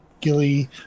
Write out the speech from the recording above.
Gilly